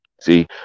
See